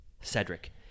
Cedric